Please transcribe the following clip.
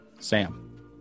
Sam